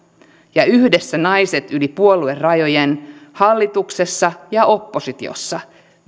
yhdessä me naiset yli puoluerajojen hallituksessa ja oppositiossa